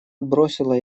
бросила